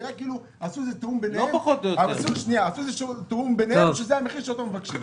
נראה כאילו עשו תיאום ביניהן שזה המחיר שאותו מבקשים.